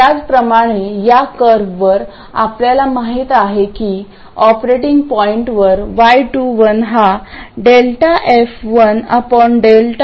त्याचप्रमाणे या कर्ववर आपल्याला माहित आहे की ऑपरेटिंग पॉईंटवर y21 हा ∂f2 ∂V1 आहे